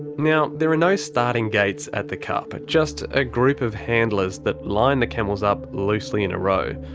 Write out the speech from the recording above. now, there are no starting gates at the cup, just a group of handlers that line the camels up loosely in a row.